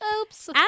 Oops